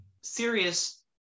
serious